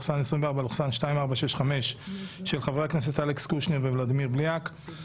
שלוש הצעות החוק הבאות הן ממשלתית שמוזגה ולכן נקרא את שלושתן ונצביע